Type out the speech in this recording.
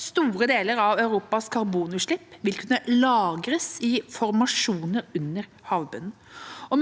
Store deler av Europas karbonutslipp vil kunne lagres i formasjoner under havbunnen.